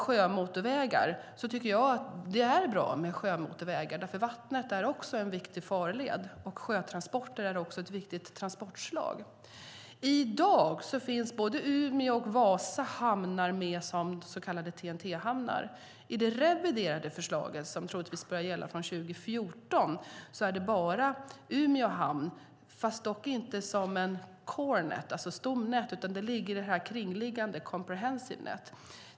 Jag tycker att det är bra med sjömotorvägar, för vattnet är också en viktig farled. Sjötransporter är ett viktigt transportslag. I dag finns både Umeås och Vasas hamnar med som så kallade TEN-T-hamnar. I det reviderade förslaget, som troligtvis börjar gälla från 2014, är det bara Umeå hamn. Det är dock inte i ett core network, alltså ett stomnät, utan det ligger i ett kringliggande, ett comprehensive network.